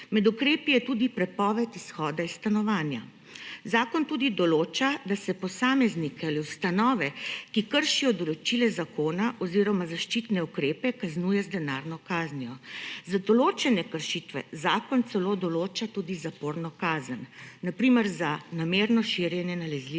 Med ukrepi je tudi prepoved izhoda iz stanovanja. Zakon tudi določa, da se posameznike ali ustanove, ki kršijo določila zakona oziroma zaščitne ukrepe, kaznuje z denarno kaznijo. Za določene kršitve zakon celo določa tudi zaporno kazen, na primer za namerno širjenje nalezljive